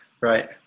right